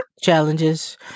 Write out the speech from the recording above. challenges